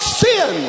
sin